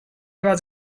was